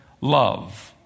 love